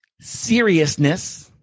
seriousness